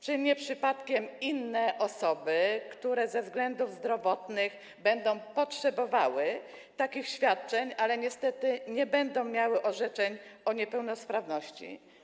Czy nie przypadkiem inne osoby, które ze względów zdrowotnych będą potrzebowały takich świadczeń, ale niestety nie będą miały orzeczeń o niepełnosprawności?